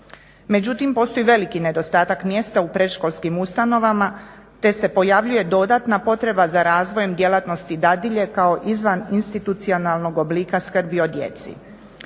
Međutim postoji veliki nedostatak mjesta u predškolskim ustanovama te se pojavljuje dodatna potreba za razvojem djelatnosti dadilje kao izvan institucionalnog oblika skrbi o djeci.